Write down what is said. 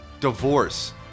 Divorce